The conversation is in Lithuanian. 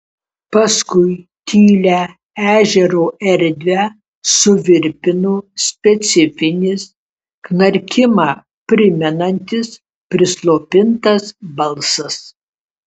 paskui tylią ežero erdvę suvirpino specifinis knarkimą primenantis prislopintas balsas